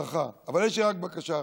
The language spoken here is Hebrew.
ברכה, אבל יש לי רק בקשה אחת: